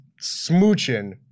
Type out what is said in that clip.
smooching